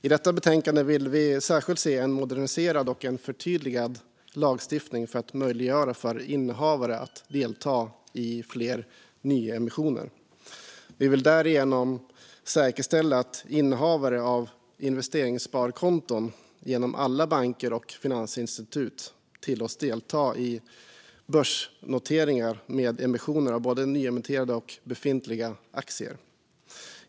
I detta betänkande vill vi särskilt se en moderniserad och en förtydligad lagstiftning för att möjliggöra för innehavare att delta i fler nyemissioner. Vi vill därigenom säkerställa att innehavare av investeringssparkonton genom alla banker och finansinstitut tillåts delta i börsnoteringar med emissioner av både nyemitterade och befintliga aktier.